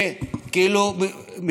אפילו קצת יותר,